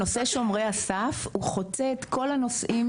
נושא 'שומרי הסף' הוא חוצה את כל הנושאים